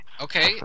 Okay